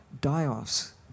die-offs